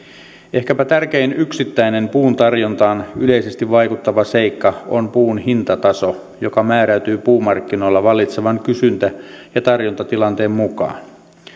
ehkäpä tärkein yksittäinen puun tarjontaan yleisesti vaikuttava seikka on puun hintataso joka määräytyy puumarkkinoilla vallitsevan kysyntä ja tarjontatilanteen mukaan